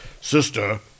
Sister